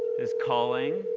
is calling